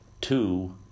two